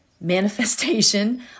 manifestation